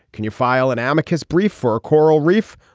can you file an amicus brief for a coral reef.